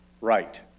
Right